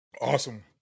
Awesome